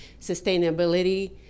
sustainability